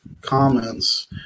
comments